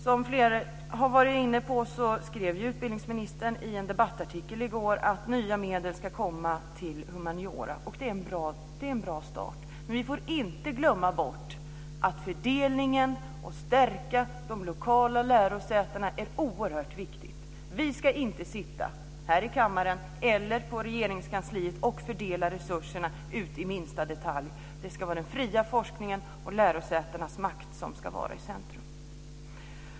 Som andra har varit inne på skrev utbildningsministern i en debattartikel i går att nya medel ska komma till humaniora. Det är en bra start. Men vi får inte glömma bort att fördelningen och en förstärkning av de lokala lärosätena är oerhört viktigt. Man ska inte sitta här i kammaren eller i Regeringskansliet och fördela resurserna ut i minsta detalj. Det ska vara den fria forskningen och lärosätenas makt som ska vara i centrum.